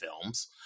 films